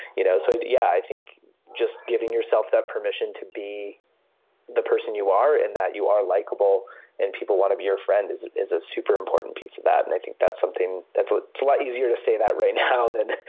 you know. so, yeah, i think just giving yourself that permission to be the person you are and that you are likeable and people want to be your friend is is a super important piece of that. and i think that's something that's ah a lot easier to say that right now than